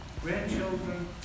grandchildren